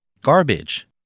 Garbage